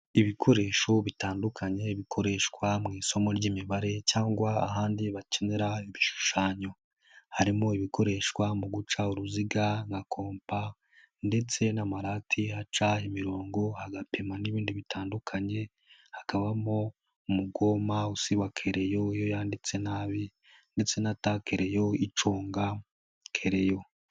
Ibikoresho bitandukanye bikoreshwa mu isomo ry'imibare cyangwa ahandi bakenera ibishushanyo, harimo ibikoreshwa mu guca uruziga nka kompa ndetse n'amarati aca imirongo, agapima n'ibindi bitandukanye, hakabamo umugoma usiba kereyo, iyo yanditse nabi ndetse na takereyo iconga kereyo.